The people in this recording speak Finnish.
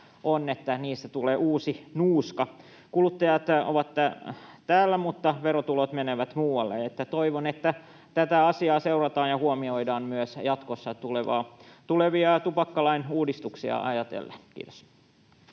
on, että niistä tulee uusi nuuska: kuluttajat ovat täällä, mutta verotulot menevät muualle. Toivon, että tätä asiaa seurataan ja tämä huomioidaan myös jatkossa tulevia tupakkalain uudistuksia ajatellen. — Kiitos.